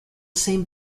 same